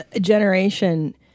generation